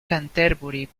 canterbury